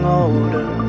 older